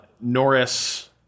Norris